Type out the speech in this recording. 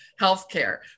healthcare